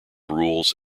rules